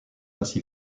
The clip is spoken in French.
ainsi